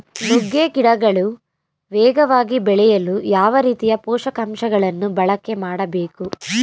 ನುಗ್ಗೆ ಗಿಡಗಳು ವೇಗವಾಗಿ ಬೆಳೆಯಲು ಯಾವ ರೀತಿಯ ಪೋಷಕಾಂಶಗಳನ್ನು ಬಳಕೆ ಮಾಡಬೇಕು?